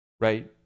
right